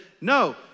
no